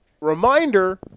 Reminder